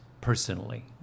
personally